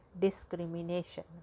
discrimination